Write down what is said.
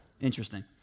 Interesting